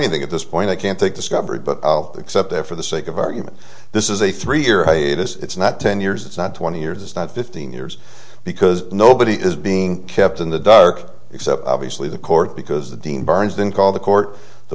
anything at this point i can't take discovery but i'll accept that for the sake of argument this is a three year hiatus it's not ten years it's not twenty years it's not fifteen years because nobody is being kept in the dark except obviously the court because the dean burns then call the court the